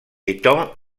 étaient